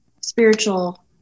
spiritual